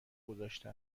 گذاشته